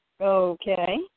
Okay